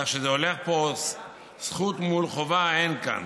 כך שזה הולך פה, זכות מול חובה אין כאן.